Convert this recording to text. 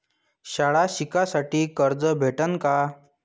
शाळा शिकासाठी कर्ज भेटन का?